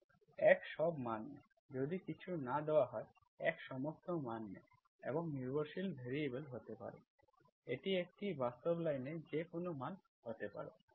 x সব মান নেয় যদি কিছুই না দেওয়া হয় x সমস্ত মান নেয় এবং নির্ভরশীল ভ্যারিয়েবল হতে পারে এটি একটি বাস্তব লাইন এ যে কোনও মান হতে পারে